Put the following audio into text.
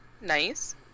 nice